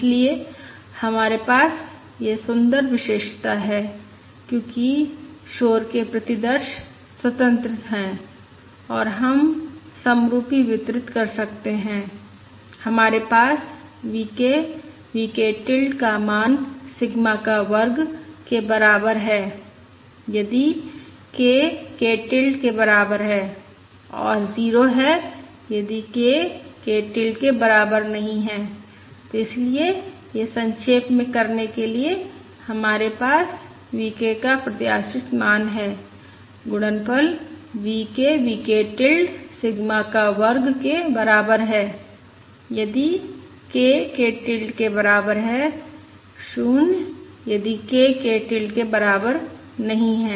इसलिए हमारे पास यह सुंदर विशेषता है क्योंकि शोर के प्रतिदर्श स्वतंत्र हैं और हम समरूपी वितरित कर सकते हैं हमारे पास V k V k tilde का मान सिग्मा का वर्ग के बराबर है यदि k k टिल्ड के बराबर है और 0 है यदि k k टिल्ड के बराबर नहीं है तो इसलिए यह संक्षेप में करने के लिए हमारे पास V k का प्रत्याशित मान है गुणनफल V k V k tilde sigma का वर्ग के बराबर है यदि k k टिल्ड के बराबर 0 यदि k k टिल्ड के बराबर नहीं है